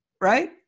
Right